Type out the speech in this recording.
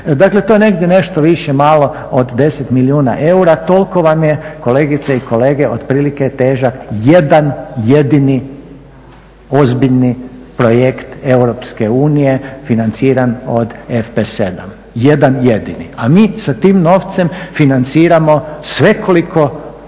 Dakle, to je negdje nešto više malo od 10 milijuna eura. Toliko vam je kolegice i kolege otprilike težak jedan jedini ozbiljni projekt EU financiran od FP7. Jedan jedini, a mi sa tim novcem financiramo svekoliko